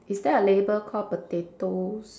is there a label call potatoes